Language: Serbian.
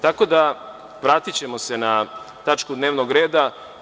Tako da, vratićemo se na tačku dnevnog reda.